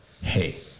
hey